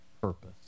purpose